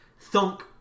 thunk